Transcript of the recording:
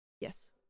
yes